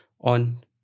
on